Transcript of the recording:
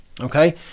okay